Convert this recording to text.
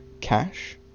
cash